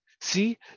See